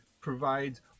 provides